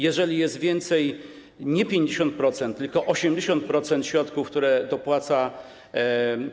Jeżeli jest więcej, nie o 50%, tylko o 80% środków, które państwo dopłaca i.